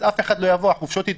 אף אחד לא יבוא והחופשות יתבטלו,